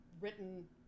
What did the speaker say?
written